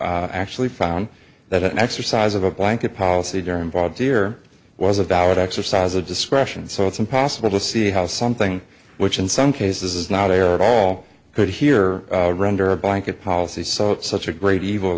court actually found that an exercise of a blanket policy during volunteer was a valid exercise of discretion so it's impossible to see how something which in some cases is not a are all good here under a blanket policy so it's such a great evil